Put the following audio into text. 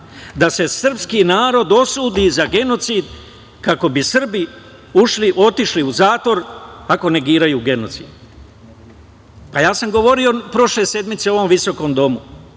da se sprski narod osudi za genocid, kako bi Srbi otišli u zatvor ako negiraju genocid. Govorio sam prošle sedmice u ovom visokom domu,